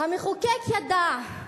המחוקק ידע,